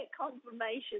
confirmation